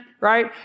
right